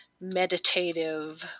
meditative